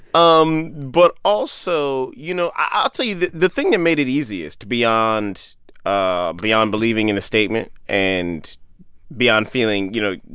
um but also, you know, i'll tell you the thing that made it easiest, beyond ah beyond believing in the statement and beyond, you know,